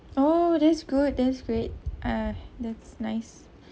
oh that's good that's great uh that's nice